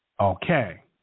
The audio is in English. Okay